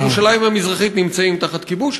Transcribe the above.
בירושלים המזרחית נמצאים תחת כיבוש,